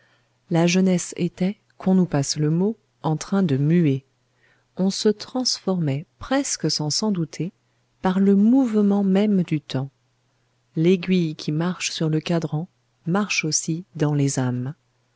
la jeunesse était qu'on nous passe le mot en train de muer on se transformait presque sans s'en douter par le mouvement même du temps l'aiguille qui marche sur le cadran marche aussi dans les âmes